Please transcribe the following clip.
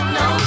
no